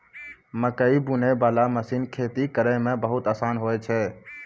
मकैइ बुनै बाला मशीन खेती करै मे बहुत आसानी होय छै